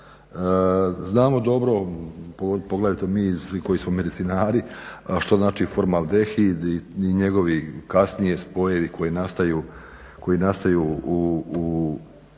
Znamo dobro poglavito mi koji smo medicinari što znači formaldehid i njegovi kasnije spojevi koji nastaju u